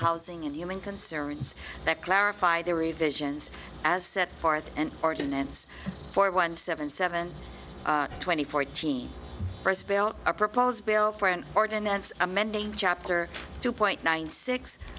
housing and human concerns that clarify the revisions as set forth and ordinance for one seven seven twenty fourteen a proposed bill for an ordinance amending chapter two point nine six